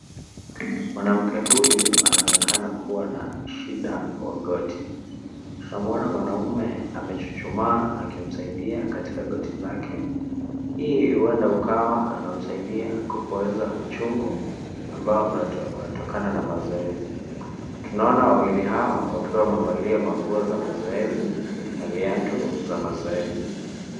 Mwanamke huyu anaonekana kuwa na shida kwa goti. Tunamwona mwanaume amechuchumaa akimsaidia katika goti lake. Hii huenda ukawa anamsaidia kupoeza uchungu ambao unatokana na mazoezi. Tunaona wawili hawa wakiwa wamevalia manguo za mazoezi na viatu za mazoezi.